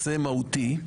מהותי.